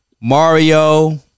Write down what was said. Mario